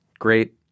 Great